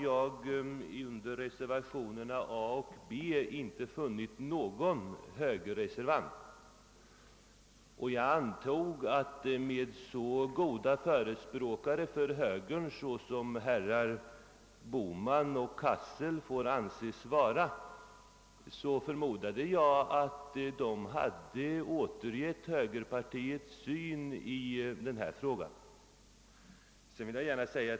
Vid reservationerna a och b har jag inte funnit någon högerreservant och med så goda förespråkare för högern som herrar Bohman och Cassel får anses vara, antog jag, att de i utskottet hade återgivit högerpartiets synpunkter riktigt.